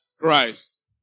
Christ